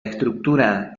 estructura